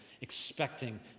expecting